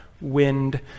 wind